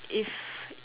if